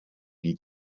die